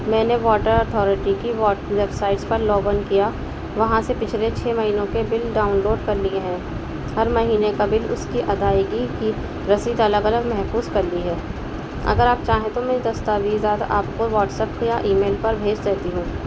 میں نے water authority کی واٹ ویبسائٹس پر لاگن کیا وہاں سے پچھلے چھ مہینوں کے بل ڈاؤنلوڈ کر لیے ہیں ہر مہینے کا بل اس کی ادائیگی کی رسید الگ الگ محفوظ کر لی ہے اگر آپ چاہیں تو میں دستاویزات آپ کو واٹسپ یا ای میل پر بھیج دیتی ہوں